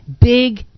Big